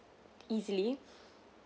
easily